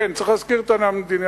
כן, צריך להזכיר את העניין המדיני.